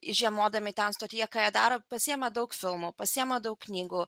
žiemodami ten stotyje ką jie daro pasiima daug filmų pasiima daug knygų